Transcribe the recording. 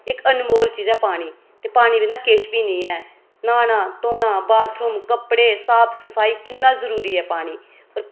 बहुत अनमोल चीज ऐ पानी ते पानी बिना किश बी नेईं ऐ न्हाना धोना बाथरुम कपड़े साफ सफाई जरुरी ऐ पानी